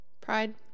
Pride